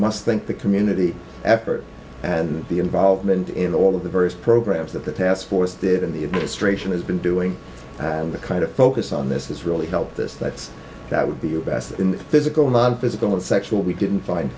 must think the community effort and the involvement in all of the various programs that the task force that in the administration has been doing and the kind of focus on this has really helped this that that would be your best in physical nonphysical and sexual we didn't find